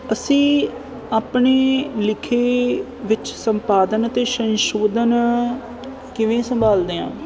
ਅਸੀਂ ਆਪਣੇ ਲਿਖੇ ਵਿੱਚ ਸੰਪਾਦਨ ਅਤੇ ਸੰਸ਼ੋਧਨ ਕਿਵੇਂ ਸੰਭਾਲਦੇ ਹਾਂ